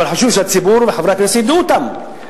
אבל חשוב שהציבור וחברי הכנסת ידעו אותם.